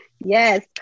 yes